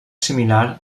similar